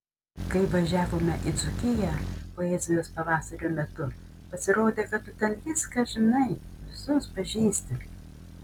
kai važiavome į dzūkiją poezijos pavasario metu pasirodė kad tu ten viską žinai visus pažįsti